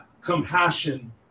compassion